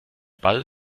ball